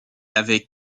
avait